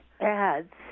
ads